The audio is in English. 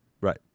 right